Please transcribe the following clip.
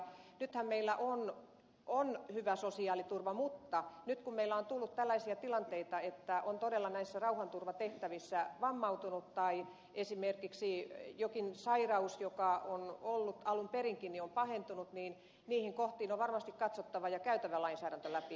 nythän meillä on hyvä sosiaaliturva mutta nyt kun meillä on tullut tällaisia tilanteita että joku on todella näissä rauhanturvatehtävissä vammautunut tai esimerkiksi jokin sairaus joka on ollut alun perinkin on pahentunut niin niihin kohtiin on varmasti käytävä lainsäädäntö läpi